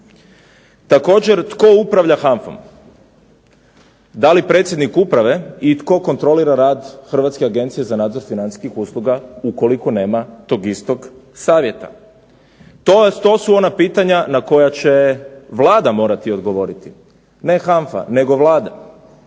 Također, tko upravlja HANFA-om? Da li predsjednik uprave i tko kontrolira rad Hrvatske agencije za nadzor financijskih usluga ukoliko nema tog istog Savjeta? To su ona pitanja na koju će morati Vlada odgovoriti, ne HANFA nego Vlada.